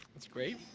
it's great,